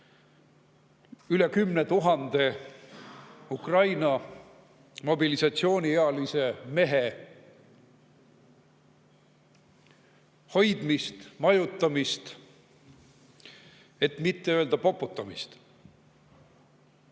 üle 10 000 Ukraina mobilisatsiooniealise mehe hoidmist, majutamist, et mitte öelda poputamist.